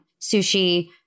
sushi